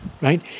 right